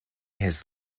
his